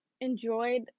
enjoyed